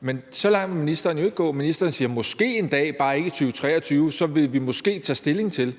Men så langt vil ministeren jo ikke gå. Ministeren siger: Måske en dag, bare ikke i 2023, vil vi måske tage stilling til